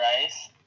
Rice